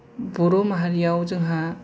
बर' माहारियाव जोंहा